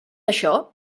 això